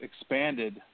expanded